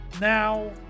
Now